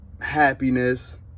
happiness